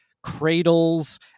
cradles